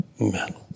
Amen